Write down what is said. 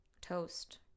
Toast